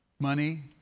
Money